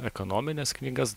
ekonomines knygas